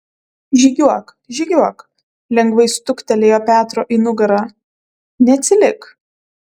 žygiuok žygiuok lengvai stuktelėjo petro į nugarą neatsilik